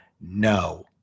no